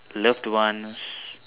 loved ones